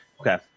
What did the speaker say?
Okay